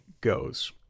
goes